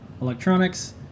electronics